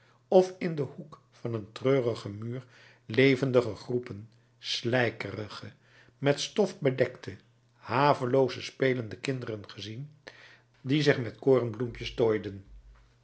of in den hoek van een treurigen muur levendige groepen slijkerige met stof bedekte havelooze spelende kinderen gezien die zich met